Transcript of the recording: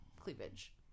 cleavage